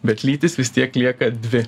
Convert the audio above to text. bet lytys vis tiek lieka dvi